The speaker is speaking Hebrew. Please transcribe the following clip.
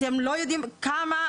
אתם לא יודעים כמה.